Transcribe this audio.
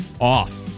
off